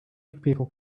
people